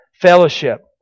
fellowship